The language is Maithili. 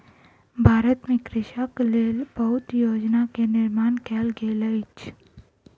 भारत में कृषकक लेल बहुत योजना के निर्माण कयल गेल अछि